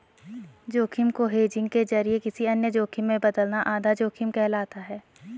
जोखिम को हेजिंग के जरिए किसी अन्य जोखिम में बदलना आधा जोखिम कहलाता है